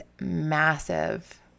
massive